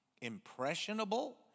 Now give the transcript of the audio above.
impressionable